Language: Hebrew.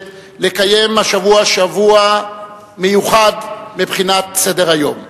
לקיים השבוע שבוע מיוחד מבחינת סדר-היום.